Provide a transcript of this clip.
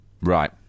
Right